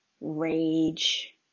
rage